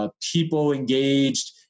people-engaged